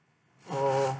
oh